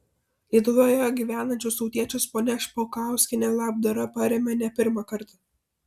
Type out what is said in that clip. lietuvoje gyvenančius tautiečius ponia špakauskienė labdara paremia ne pirmą kartą